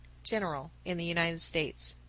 general in the united states.